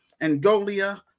Angolia